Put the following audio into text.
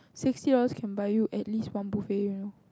sixty dollars can buy you at least one buffet you know